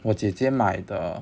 我姐姐买的